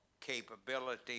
capability